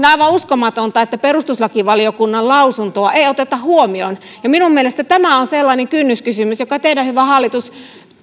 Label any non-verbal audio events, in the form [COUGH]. [UNINTELLIGIBLE] aivan uskomatonta että perustuslakivaliokunnan lausuntoa ei oteta huomioon minun mielestäni tämä on sellainen kynnyskysymys joka teidän hyvä hallitus